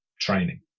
training